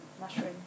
mushroom